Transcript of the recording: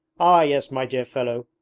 ah yes, my dear fellow,